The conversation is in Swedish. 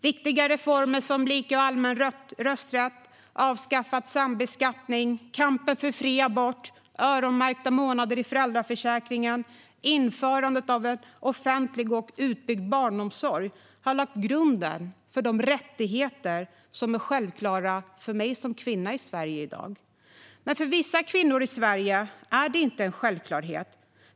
Viktiga reformer som lika och allmän rösträtt, avskaffad sambeskattning, kampen för fri abort, öronmärkta månader i föräldraförsäkringen, införandet av en offentlig och utbyggd barnomsorg har lagt grunden för de rättigheter som är självklara för mig som kvinna i Sverige i dag. Men för vissa kvinnor i Sverige är det inte en självklarhet.